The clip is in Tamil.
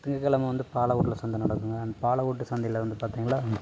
திங்ககிழம வந்து பாலவூரில் சந்தை நடக்குங்க அந்த பாலவூற்று சந்தையில் வந்து பார்த்திங்களா